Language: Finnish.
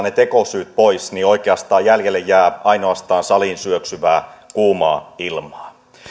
ne tekosyyt pois niin oikeastaan jäljelle jää ainoastaan saliin syöksyvää kuumaa ilmaa